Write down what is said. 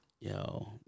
Yo